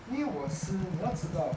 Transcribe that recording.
因为我是你要知道